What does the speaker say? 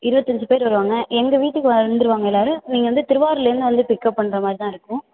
இருவத்தஞ்சு பேர் வருவாங்க எங்கள் வீட்டுக்கு வந்துடுவாங்க எல்லோரும் நீங்கள் வந்து திருவார்லேருந்து வந்து பிக்அப் பண்ணுற மாதிரி தான் இருக்கும்